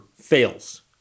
fails